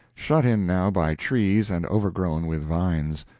shut in now by trees and overgrown with vines.